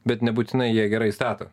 bet nebūtinai jie gerai stato